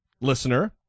listener